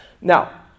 Now